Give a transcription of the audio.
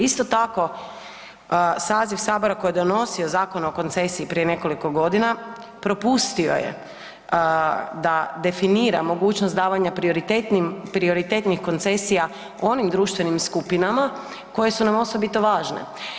Isto tako saziv sabora koji je donosio Zakon o koncesiji prije nekoliko godina propustio je da definira mogućnost davanja prioritetnim, prioritetnih koncesija onim društvenim skupinama koje su nam osobito važne.